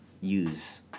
use